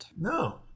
No